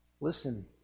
listen